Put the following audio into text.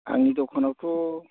आंनि दखानावथ'